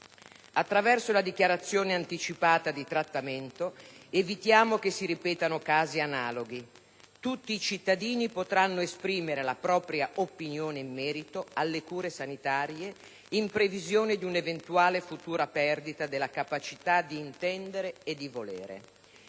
Attraverso la dichiarazione anticipata di trattamento evitiamo che si ripetano casi analoghi. Tutti i cittadini potranno esprimere la propria opinione in merito alle cure sanitarie, in previsione di un'eventuale futura perdita della capacità di intendere e di volere.